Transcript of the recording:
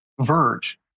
verge